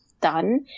done